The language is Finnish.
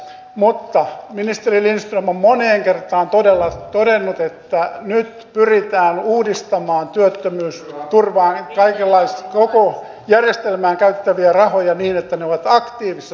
mutta ministeri lindström on moneen kertaan todella todennut että nyt pyritään uudistamaan työttömyysturvaa koko järjestelmään käytettäviä rahoja niin että ne ovat aktiivisessa työllisyyskäytössä